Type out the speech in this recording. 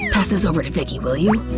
pass this over to vicki, will you? i